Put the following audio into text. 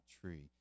tree